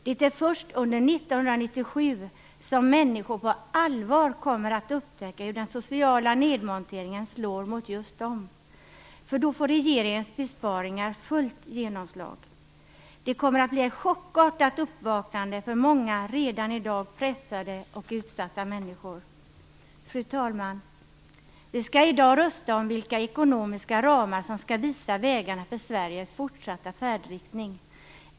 Det är först under 1997 som människor på allvar kommer att upptäcka hur den sociala nedmonteringen slår mot just dem, då regeringens besparingar får fullt genomslag. Det kommer att bli ett chockartat uppvaknande för många redan i dag pressade och utsatta människor. Fru talman! Vi skall i dag rösta om vilka ekonomiska ramar som skall visa vägarna för Sveriges fortsatta färdriktning.